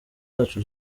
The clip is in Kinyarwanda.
zacu